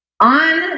on